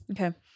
Okay